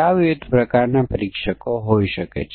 ઉપર છે અને b ની નીચે છે